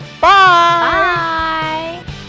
Bye